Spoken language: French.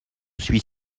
suis